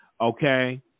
Okay